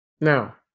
now